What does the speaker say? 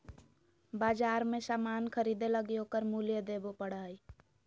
बाजार मे सामान ख़रीदे लगी ओकर मूल्य देबे पड़ो हय